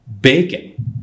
bacon